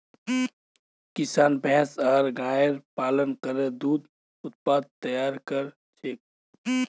किसान भैंस आर गायर पालन करे दूध उत्पाद तैयार कर छेक